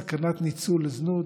סכנת ניצול לזנות,